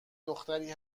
دختری